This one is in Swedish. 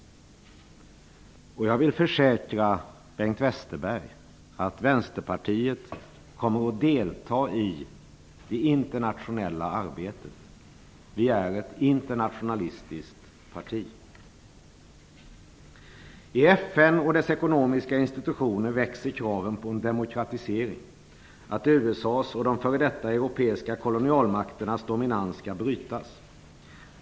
Jag vill försäkra Bengt Westerberg om att Vänsterpartiet kommer att delta i det internationella arbetet. Det är ett internationalistiskt parti. I FN och dess ekonomiska institution växer kraven på en demokratisering, på att USA:s och de f.d. europeiska kolonialmakternas dominans skall brytas.